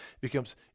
becomes